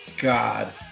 god